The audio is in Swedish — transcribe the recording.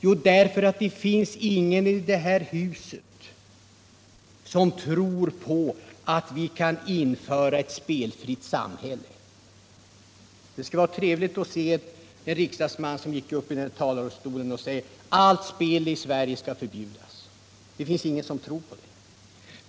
Jo, därför att det inte finns någon i det här huset som tror att vi kan skapa ett spelfritt samhälle. Det skulle vara trevligt att se och höra en riksdagsman gå upp i talarstolen och säga: Allt spel i Sverige skall förbjudas. Men det finns ingen som tror på det.